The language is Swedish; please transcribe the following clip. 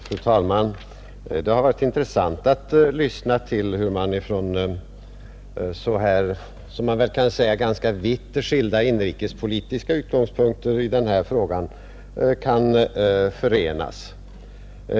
Fru talman! Det har varit intressant att lyssna till hur man från vitt skilda inrikespolitiska utgångspunkter kan förenas i denna fråga.